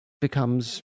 becomes